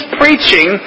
preaching